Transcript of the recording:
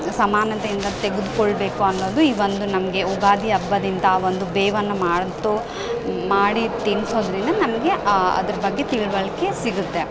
ಸಮಾನತೆಯಿಂದ ತೆಗೆದುಕೊಳ್ಬೇಕು ಅನ್ನೋದು ಈ ಒಂದು ನಮಗೆ ಯುಗಾದಿ ಹಬ್ಬದಿಂದ ಆ ಒಂದು ಬೇವನ್ನು ಮಾಡ್ತೊ ಮಾಡಿ ತಿನ್ಸೋದರಿಂದ ನಮಗೆ ಅದ್ರ ಬಗ್ಗೆ ತಿಳುವಳ್ಕೆ ಸಿಗುತ್ತೆ